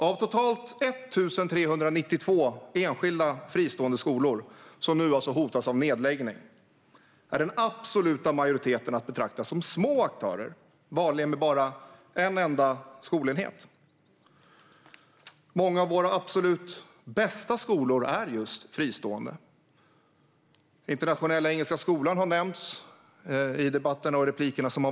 Av totalt 1 392 enskilda fristående skolor som nu hotas av nedläggning är den absoluta majoriteten att betrakta som små aktörer, vanligen med bara en enda skolenhet. Många av våra absolut bästa skolor är just fristående. Internationella Engelska Skolan har nämnts tidigare i debatten.